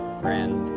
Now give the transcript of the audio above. friend